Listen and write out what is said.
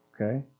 Okay